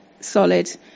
solid